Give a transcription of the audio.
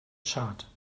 tschad